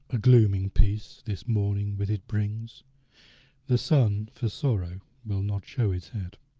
a glooming peace this morning with it brings the sun for sorrow will not show his head.